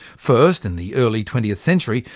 first, in the early twentieth century,